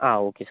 ആ okay sir